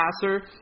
passer